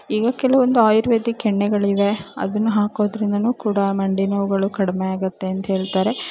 ಈಗ ಕೆಲವೊಂದು ಆಯುರ್ವೇದಿಕ್ ಎಣ್ಣೆಗಳಿವೆ ಅದನ್ನು ಹಾಕೋದ್ರಿಂದಲೂ ಕೂಡ ಮಂಡಿ ನೋವುಗಳು ಕಡಿಮೆ ಆಗುತ್ತೆ ಅಂತ ಹೇಳ್ತಾರೆ